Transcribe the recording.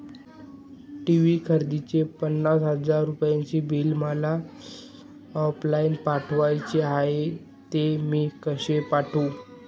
TV खरेदीचे पन्नास हजार रुपयांचे बिल मला ऑफलाईन पाठवायचे आहे, ते मी कसे पाठवू?